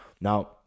Now